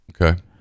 Okay